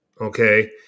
okay